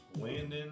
Landon